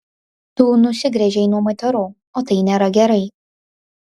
tu nusigręžei nuo moterų o tai nėra gerai